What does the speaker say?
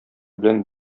белән